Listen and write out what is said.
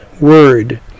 word